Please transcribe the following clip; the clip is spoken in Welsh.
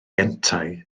yntau